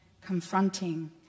confronting